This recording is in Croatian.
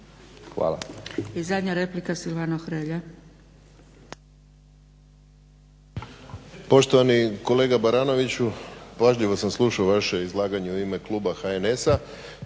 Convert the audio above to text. (SDP)** I zadnja replika, Silvano Hrelja.